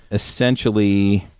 essentially,